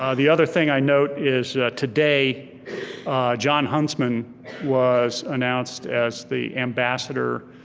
ah the other thing i note is today jon huntsman was announced as the ambassador